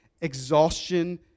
exhaustion